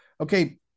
okay